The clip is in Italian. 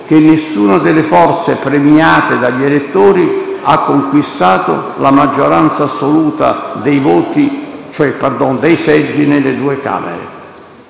che nessuna delle forze premiate dagli elettori ha conquistato la maggioranza assoluta dei seggi nelle due Camere.